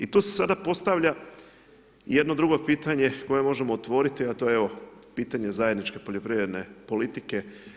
I tu se sada postavlja jedno drugo pitanje, koje možemo otvoriti, a to je evo, pitanje zajedničke poljoprivredne politike.